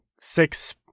six